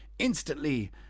Instantly